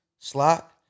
slot